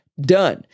done